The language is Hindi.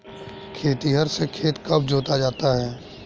खेतिहर से खेत कब जोता जाता है?